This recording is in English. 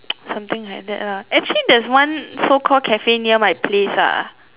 something like that lah actually there is one so call cafe near my place lah